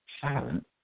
silent